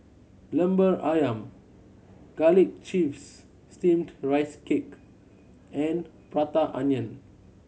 Lemper Ayam Garlic Chives Steamed Rice Cake and Prata Onion